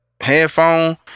headphone